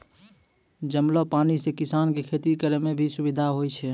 जमलो पानी से किसान के खेती करै मे भी सुबिधा होय छै